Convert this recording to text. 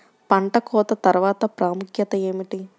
పంట కోత తర్వాత ప్రాముఖ్యత ఏమిటీ?